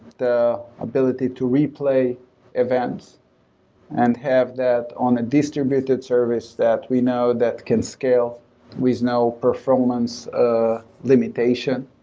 the ability to replay events and have that on a distributed service that we know that can scale with no performance ah limitation.